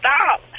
stop